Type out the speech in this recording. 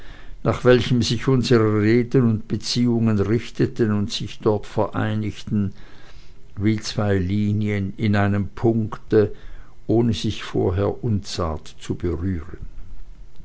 nach welchem sich unsere reden und beziehungen richteten und sich dort vereinigten wie zwei linien in einem punkte ohne sich vorher unzart zu berühren